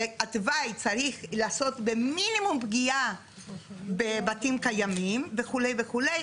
שהתוואי היא לעשות במינימום פגיעה בבתים קיימים וכו' וכו',